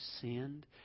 sinned